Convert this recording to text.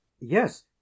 yes